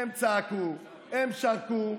הם צעקו, הם שרקו,